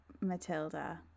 Matilda